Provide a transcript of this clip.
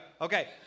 Okay